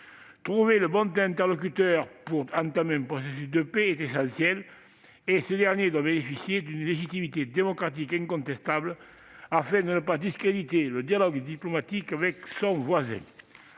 Trouver le bon interlocuteur pour entamer un processus de paix est essentiel, et ce dernier doit bénéficier d'une légitimité démocratique incontestable pour que le dialogue diplomatique ne soit